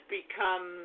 become